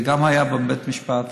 זה גם היה בבית משפט,